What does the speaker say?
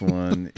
one